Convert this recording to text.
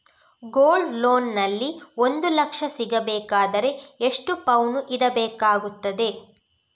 Gold loan ನಲ್ಲಿ ಒಂದು ಲಕ್ಷ ಸಿಗಬೇಕಾದರೆ ಎಷ್ಟು ಪೌನು ಇಡಬೇಕಾಗುತ್ತದೆ?